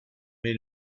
made